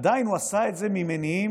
עדיין הוא עשה את זה ממניעים,